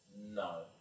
No